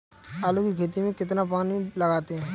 आलू की खेती में कितना पानी लगाते हैं?